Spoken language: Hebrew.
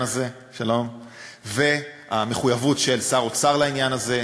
הזה והמחויבות של שר האוצר לעניין הזה,